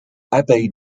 abe